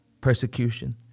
persecution